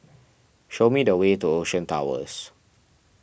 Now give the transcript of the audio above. show me the way to Ocean Towers